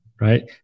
right